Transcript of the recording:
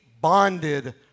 bonded